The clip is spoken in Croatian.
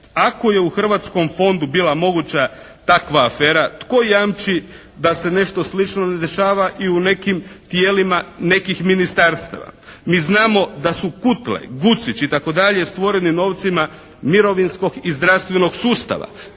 ako je u Hrvatskom fondu bila moguća takva afera tko jamči da se nešto slično ne dešava i u nekim tijelima nekih ministarstava? Mi znamo da su Kutle, Gucić i tako dalje stvoreni novcima mirovinskog i zdravstvenog sustava.